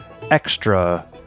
extra